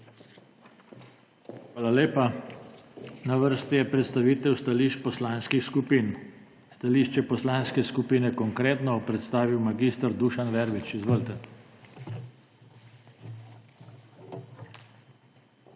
Hvala lepa. Na vrsti je predstavitev stališč poslanskih skupin. Stališče Poslanske skupine Konkretno bo predstavil mag. Dušan Verbič. Izvolite. MAG.